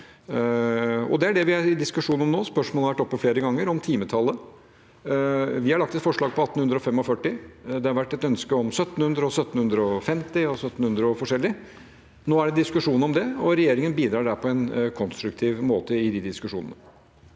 Det er det vi er i diskusjon om nå. Spørsmålet om timetallet har vært oppe flere ganger. Vi har lagt inn et forslag på 1 845 timer. Det har vært et ønske om 1 700 og 1 750 og litt forskjellig. Nå er det diskusjon om det, og regjeringen bidrar på en konstruktiv måte i disse diskusjonene.